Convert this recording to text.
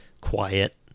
quiet